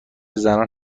زنان